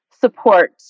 support